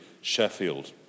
Sheffield